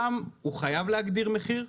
שם הוא חייב להגדיר מחיר?